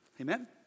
amen